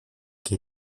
que